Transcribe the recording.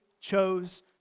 chose